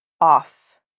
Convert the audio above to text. off